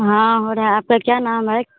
हाँ हो रहा है आपका क्या नाम है